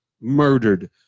murdered